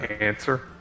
answer